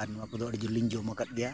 ᱟᱨ ᱱᱚᱣᱟ ᱠᱚᱫᱚ ᱟᱹᱰᱤ ᱡᱳᱨᱞᱤᱧ ᱡᱚᱢ ᱟᱠᱟᱫ ᱜᱮᱭᱟ